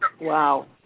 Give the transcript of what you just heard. Wow